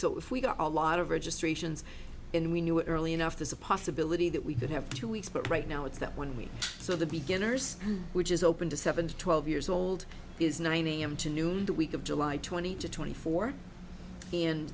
so if we got a lot of registrations and we knew early enough there's a possibility that we could have two weeks but right now it's that one week so the beginners which is open to seven to twelve years old is nine am to noon the week of july twenty to twenty four